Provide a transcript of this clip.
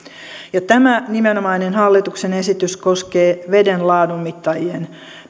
tämä nimenomainen hallituksen esitys koskee veden laadun mittaajien